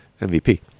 MVP